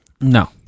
No